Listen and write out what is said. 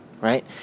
right